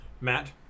Matt